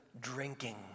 drinking